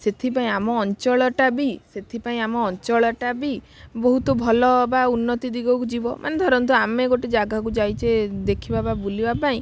ସେଥିପାଇଁ ଆମ ଅଞ୍ଚଳଟା ବି ସେଥିପାଇଁ ଆମ ଅଞ୍ଚଳଟା ବି ବହୁତ ଭଲ ବା ଉନ୍ନତି ଦିଗକୁ ଯିବ ମାନେ ଧରନ୍ତୁ ଆମେ ଗୋଟେ ଜାଗାକୁ ଯାଇଛେ ଦେଖିବା ବା ବୁଲିବା ପାଇଁ